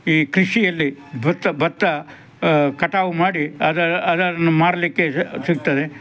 ಈ ಕೃಷಿಯಲ್ಲಿ ಭತ್ತ ಭತ್ತ ಕಟಾವು ಮಾಡಿ ಅದರ ಅದನ್ನು ಮಾರಲಿಕ್ಕೆ ಸಿಗ್ತದೆ